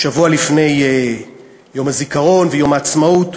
שבוע לפני יום הזיכרון ויום העצמאות,